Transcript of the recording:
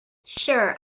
sure